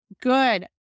good